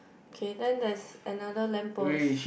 okay then there's another lamp post